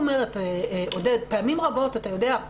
פעמים רבות טוב